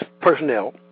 personnel